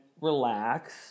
relax